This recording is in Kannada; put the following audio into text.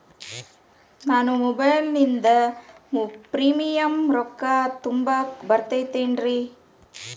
ನಾನು ಮೊಬೈಲಿನಿಂದ್ ಪ್ರೇಮಿಯಂ ರೊಕ್ಕಾ ತುಂಬಾಕ್ ಬರತೈತೇನ್ರೇ?